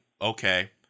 okay